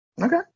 Okay